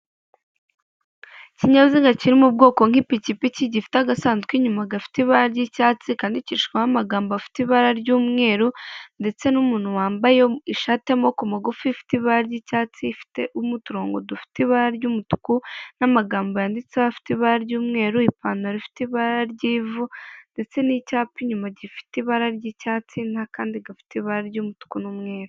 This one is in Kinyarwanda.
Ikinyabiziga kiri mu bwoko nk'pikipiki gifite agasanduku inyuma gafite ibara ry'icyatsi kandidikishwaho amagambo afite ibara ry'umweru ndetse n'umuntu wambaye ishati y'amaboko magufi ifite ibara ry'icyatsi ifitemo uturongo dufite ibara ry'umutuku n'amagambo yanditseho afite ibara ry'umweru ipantaro ifite ibara ry'ivu ndetse n'icyapa inyuma gifite ibara ry'icyatsi n'akandi gafite ibara ry'umutuku n'umweru.